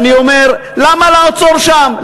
אני אומר: למה לעצור שם?